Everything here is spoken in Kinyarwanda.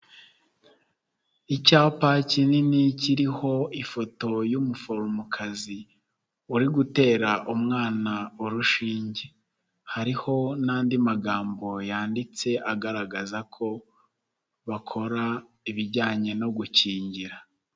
Icyapa kinini kiriho ifoto y'umuforomo kazi uri gutera umwana urushinge, hariho n'andi magambo yanditse agaragaza ko bakora ibijyanye no gukingira.